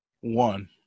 one